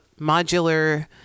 modular